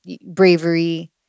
bravery